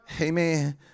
Amen